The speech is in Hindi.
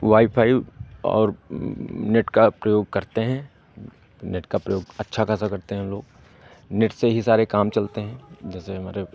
वाई फ़ाई और नेट का प्रयोग करते हैं नेट का प्रयोग अच्छा खासा करते हैं हम लोग नेट से ही सारे काम चलते हैं जैसे मेरे